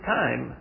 time